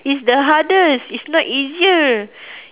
is the hardest it's not easier